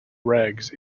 rags